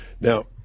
Now